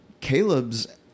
Caleb's